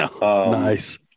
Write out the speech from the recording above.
nice